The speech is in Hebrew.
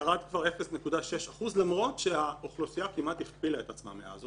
ירד כבר 0.6% למרות שהאוכלוסייה כמעט הכפילה את עצמה מאז.